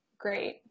Great